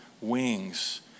wings